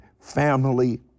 family